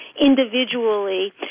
individually